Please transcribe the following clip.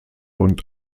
und